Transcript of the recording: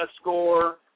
score